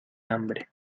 hambre